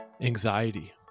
Anxiety